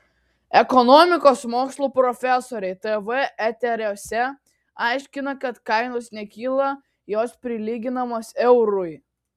ekonomikos mokslų profesoriai tv eteriuose aiškina kad kainos nekyla jos prilyginamos eurui